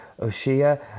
Oshia